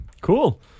Cool